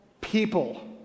people